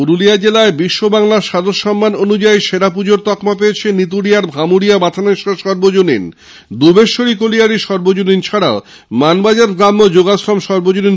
পুরুলিয়া জেলায় বিশ্ববাংলা শারদ সম্মান অনুযায়ী সেবা পুজোর তকমা পেয়েছে নিতুড়িয়ার ভামুড়িয়া বাথানেশ্বর সর্বজনীন দুবেশ্বরী কোলিয়ারি সর্বজনীন ছাড়াও মানবাজার গ্রাম্য যোগাশ্রম সর্বজনীন